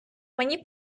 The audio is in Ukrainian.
мені